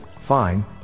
fine